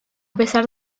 pesar